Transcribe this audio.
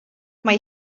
mae